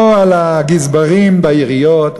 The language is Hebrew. או על הגזברים בעיריות,